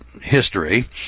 history